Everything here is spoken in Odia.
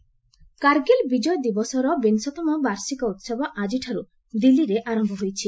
ଅପରେସନ ବିଜୟ କାରଗିଲ ବିଜୟ ଦିବସର ବିଂଶତମ ବାର୍ଷିକ ଉହବ ଆଜିଠାରୁ ଦିଲ୍ଲୀରେ ଆରମ୍ଭ ହୋଇଛି